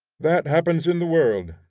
that happens in the world,